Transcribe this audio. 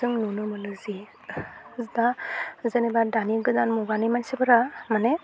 जों नुनो मोनो जे दा जेनेबा दानि गोदान मुगानि मानसिफोरा माने